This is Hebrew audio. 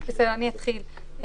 אני אתחיל.